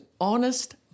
honest